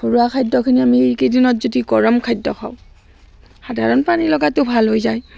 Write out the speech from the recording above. ঘৰুৱা খাদ্যখিনি আমি এইকেইদিনত যদি গৰম খাদ্য খাওঁ সাধাৰণ পানী লগাটো ভাল হৈ যায়